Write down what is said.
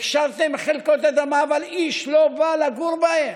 הכשרתם חלקות אדמה אבל איש לא בא לגור בהן.